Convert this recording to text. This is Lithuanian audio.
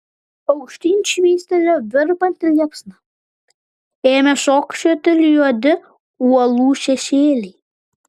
aukštyn švystelėjo virpanti liepsna ėmė šokčioti juodi uolų šešėliai